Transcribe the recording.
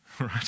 right